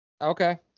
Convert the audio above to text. Okay